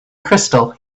crystal